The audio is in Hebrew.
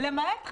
למעט חריגים.